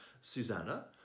Susanna